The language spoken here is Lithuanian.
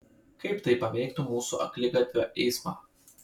kaip tai paveiktų mūsų akligatvio eismą